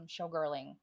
showgirling